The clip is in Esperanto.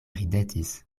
ridetis